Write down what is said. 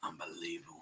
Unbelievable